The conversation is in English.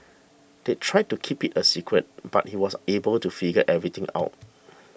they tried to keep it a secret but he was able to figure everything out